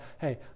Hey